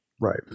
Right